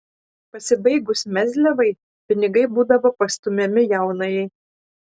pasibaigus mezliavai pinigai būdavo pastumiami jaunajai